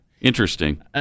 interesting